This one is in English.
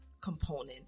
component